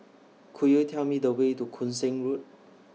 Could YOU Tell Me The Way to Koon Seng Road